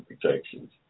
protections